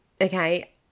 okay